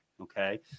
Okay